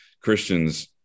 Christians